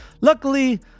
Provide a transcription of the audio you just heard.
luckily